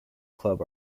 club